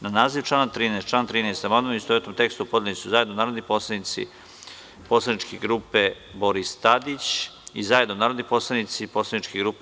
Na naziv člana 13. i član 13. amandman, u istovetnom tekstu, podneli su zajedno narodni poslanici poslaničke grupe Boris Tadić i zajedno narodni poslanici poslaničke grupe.